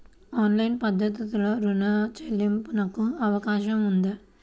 Online పద్ధతిలో రుణ చెల్లింపునకు అవకాశం ఉందా?